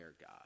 God